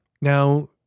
Now